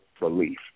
relief